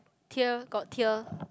tear got tear